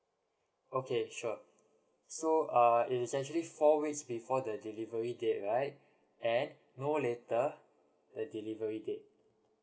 okay sure so err is actually four weeks before the delivery date right andthen no later the delivery date